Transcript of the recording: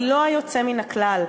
היא לא היוצא מן הכלל.